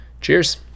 cheers